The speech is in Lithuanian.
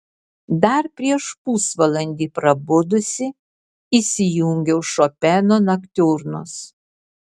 dar prieš pusvalandį prabudusi įsijungiau šopeno noktiurnus